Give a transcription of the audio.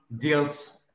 deals